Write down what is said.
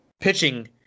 pitching